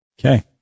Okay